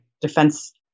defense